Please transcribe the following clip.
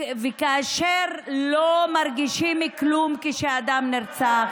ולא מרגישים כלום כשאדם נרצח.